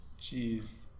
Jeez